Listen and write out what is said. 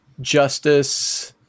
justice